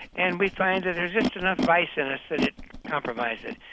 and we find that there's just enough vice in us that it compromised it.